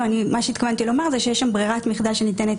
מה שהתכוונתי לומר זה שיש שם ברירת מחדל שניתנת